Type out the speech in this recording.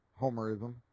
Homerism